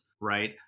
right